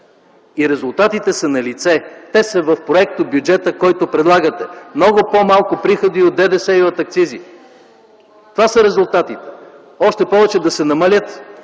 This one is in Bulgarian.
И резултатите са налице, те са в проектобюджета, който предлагате – много по-малко приходи от ДДС и от акцизи! Това са резултатите. Още повече да се намалят